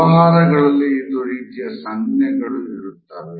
ವ್ಯವಹಾರಗಳಲ್ಲಿ ಇದೆ ರೀತಿಯ ಸಂಜ್ಞೆಗಳು ಇರುತ್ತವೆ